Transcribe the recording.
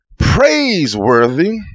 Praiseworthy